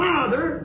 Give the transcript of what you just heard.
Father